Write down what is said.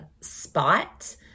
spot